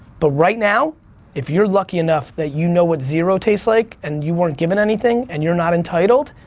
but right now if you're lucky enough that you know what zero tastes like and you weren't given anything and you're not entitled.